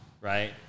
right